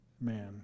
man